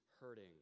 hurting